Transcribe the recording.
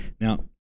Now